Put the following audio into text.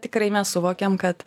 tikrai mes suvokiam kad